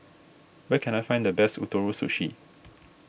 where can I find the best Ootoro Sushi